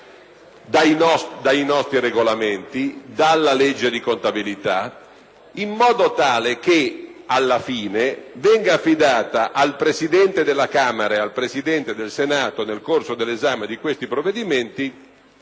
dai nostri Regolamenti e dalla legge di contabilità, in modo tale che, alla fine, venga affidata al Presidente della Camera e al Presidente del Senato, nel corso dell'esame di tali provvedimenti,